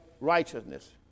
righteousness